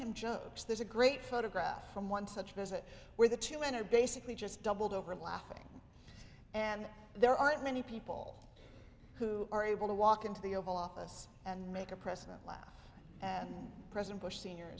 him jokes there's a great photograph from one such visit where the two men are basically just doubled over laughing and there aren't many people who are able to walk into the oval office and make a president laugh and president bush s